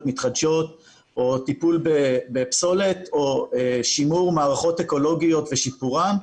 מתחדשות או טיפול בפסולת או שימור מערכות אקולוגיות ושיפורן,